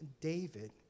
David